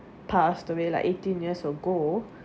passed away like eighteen years ago